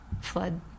flood